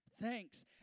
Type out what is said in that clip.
thanks